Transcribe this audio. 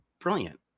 brilliant